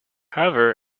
however